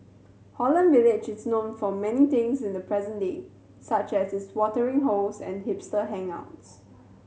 Holland Village is known for many things in the present day such as its watering holes and hipster hangouts